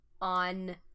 on